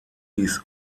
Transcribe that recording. dies